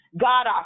God